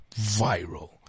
Viral